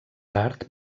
tard